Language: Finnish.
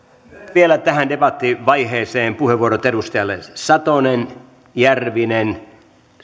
vielä tähän debattivaiheeseen puheenvuorot edustajille satonen järvinen